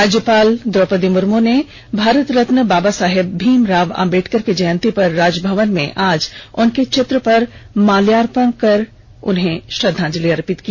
राज्यपाल द्रौपदी मुर्मू ने भारतर त्न बाबा साहब भीमराव अंबेडकर की जयंती पर आज राजभवन में उनके चित्र पर माल्यार्पण कर श्रद्धांजलि अर्पित की